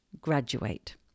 Graduate